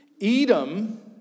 Edom